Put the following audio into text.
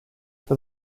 for